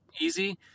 easy